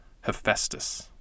Hephaestus